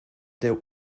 der